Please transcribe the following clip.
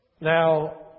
now